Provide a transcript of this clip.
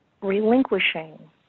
Relinquishing